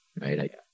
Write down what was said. right